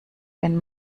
wenn